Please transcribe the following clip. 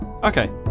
Okay